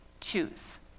choose